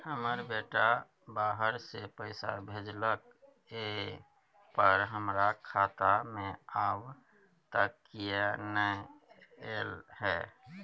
हमर बेटा बाहर से पैसा भेजलक एय पर हमरा खाता में अब तक किये नाय ऐल है?